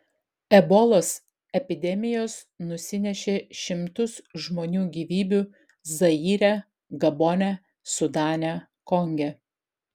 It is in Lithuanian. ebolos epidemijos nusinešė šimtus žmonių gyvybių zaire gabone sudane konge